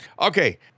Okay